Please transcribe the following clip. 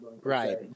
right